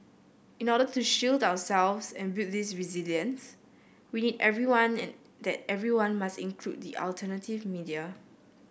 in order to shield ourselves and build this resilience we need everyone and that everyone must include the alternative media